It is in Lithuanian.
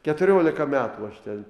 keturiolika metų aš ten